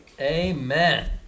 Amen